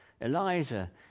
Eliza